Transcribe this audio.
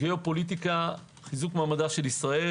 גיאו פוליטיקה, חיזוק מעמד ישראל.